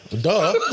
duh